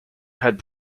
had